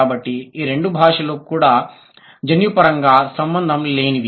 కాబట్టి ఈ రెండు భాషలు కూడా జన్యుపరంగా సంబంధం లేనివి